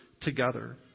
together